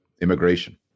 Immigration